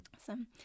Awesome